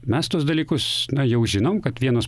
mes tuos dalykus na jau žinom kad vienos